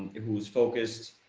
who's focused,